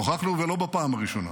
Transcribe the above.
ולא בפעם הראשונה,